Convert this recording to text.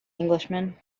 englishman